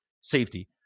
safety